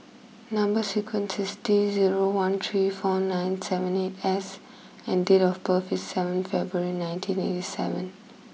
number is T zero one three four nine seven eight S and date of birth is seven February nineteen eighty seven